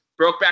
Brokeback